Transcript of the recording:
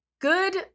Good